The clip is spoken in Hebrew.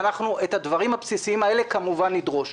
את הדברים הבסיסיים האלה כמובן נדרוש.